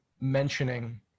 mentioning